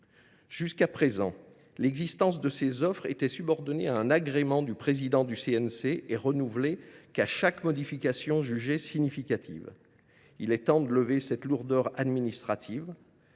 Jusqu’à présent, l’existence de ces offres était subordonnée à un agrément du président du CNC renouvelé à chaque modification jugée significative. Il est temps de lever cette lourdeur administrative.